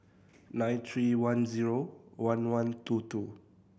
nine three one zero one one two two